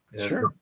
Sure